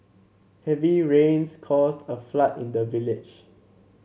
heavy rains caused a flood in the village